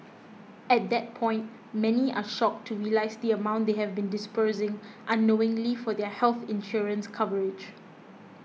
at that point many are shocked to realise the amount they have been disbursing unknowingly for their health insurance coverage